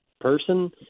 person